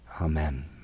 Amen